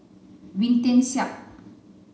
Wee Tian Siak